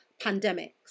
pandemics